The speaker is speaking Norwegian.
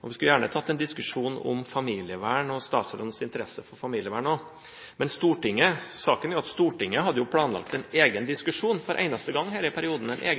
om. Vi skulle gjerne tatt en diskusjon om familievern og statsrådens interesse for familievern, men saken er jo at Stortinget hadde planlagt en egen diskusjon om familievern – den eneste gangen i denne perioden – denne